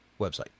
website